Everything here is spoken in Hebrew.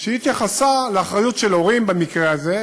היא התייחסה לאחריות של הורים, במקרה הזה.